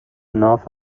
ناف